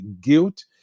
guilt